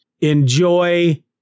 Enjoy